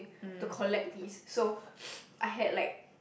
to collect these so I had like